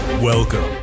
Welcome